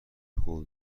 قول